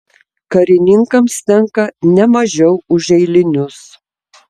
karininkams tenka ne mažiau už eilinius